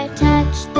ah touch